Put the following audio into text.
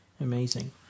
amazing